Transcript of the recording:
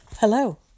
Hello